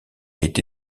été